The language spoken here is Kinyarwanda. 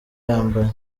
yambaye